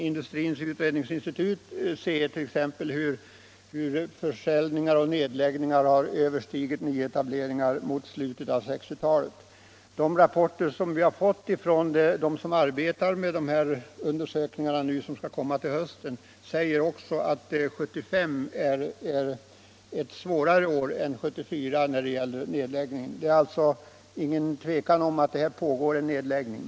Industriens utredningsinstitut har uppgifter på hur försäljningar och nedläggningar av företag har överstigit nyetableringar mot slutet av 1960-talet. De rapporter vi har fått från dem som arbetar med de undersökningar som skall komma till hösten visar också att 1975 är ett svårare år än 1974 när det gäller nedläggningar. Det är alltså inget tvivel om att nedläggningstrenden fortsätter.